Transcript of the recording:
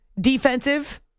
defensive